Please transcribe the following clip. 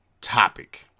topic